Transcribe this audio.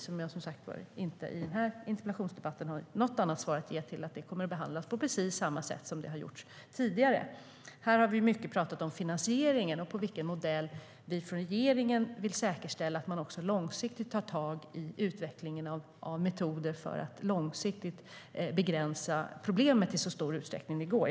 Jag har som sagt var inget annat svar än att den kommer att behandlas på precis samma sätt som tidigare. Vi har talat mycket om finansieringen och om vilken modell vi i regeringen vill använda för att säkerställa att man också tar tag i utvecklingen av metoder för att i så stor utsträckning som möjligt långsiktigt begränsa problemet.